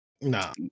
Nah